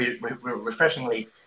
refreshingly